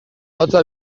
hotza